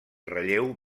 relleu